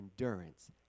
endurance